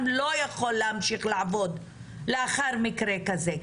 לא יכול להמשיך לעבוד לאחר מקרה כזה.